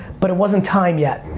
but it wasn't time yet.